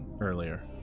earlier